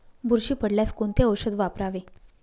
बुरशी पडल्यास कोणते औषध वापरावे?